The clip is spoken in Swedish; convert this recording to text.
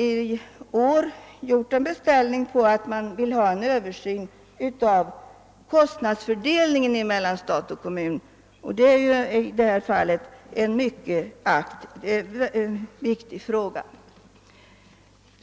i år gjort en beställning om en översyn rörande kostnadsfördelningen mellan stat och kommun. Det är ju en mycket viktig fråga i sammanhanget.